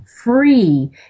free